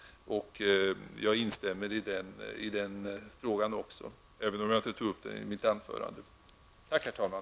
Jag instämmer också i det, även om jag inte tog upp det i mitt anförande. Tack, herr talman!